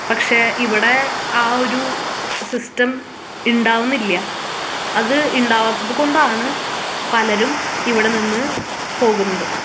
പക്ഷെ ഇവിടെ ആ ഒരു സിസ്റ്റം ഉണ്ടാവുന്നില്ല അത് ഉണ്ടാവാത്തതു കൊണ്ടാണ് പലരും ഇവിടെ നിന്ന് പോകുന്നത്